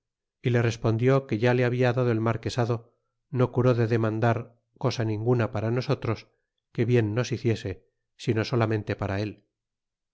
y le respondió que ya le habia dado el marquesado no curó de demandar cosa ninguna para nosotros que bien nos hiciese sino solamente para el